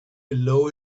below